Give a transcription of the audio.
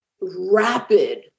rapid